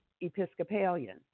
Episcopalian